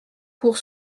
pour